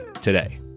today